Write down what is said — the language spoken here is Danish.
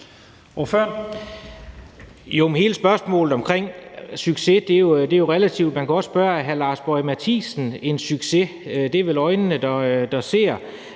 Hele spørgsmålet om succes er jo relativt. Man kan også spørge: Er hr. Lars Boje Mathiesen en succes? Det afhænger vel af øjnene, der ser.